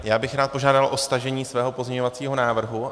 Já bych rád požádal o stažení svého pozměňovacího návrhu.